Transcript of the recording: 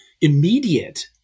immediate